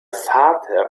vater